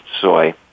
soy